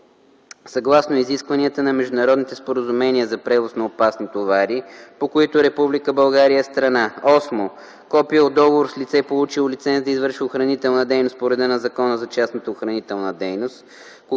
съгласно изискванията на международните споразумения за превоз на опасни товари, по които Република България е страна; 8. копие от договор с лице, получило лиценз да извършва охранителна дейност по реда на Закона за частната охранителна дейност;